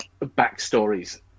backstories